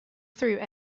through